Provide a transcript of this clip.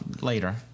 later